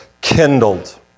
kindled